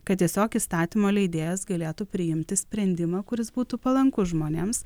kad tiesiog įstatymo leidėjas galėtų priimti sprendimą kuris būtų palankus žmonėms